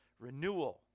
Renewal